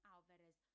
Alvarez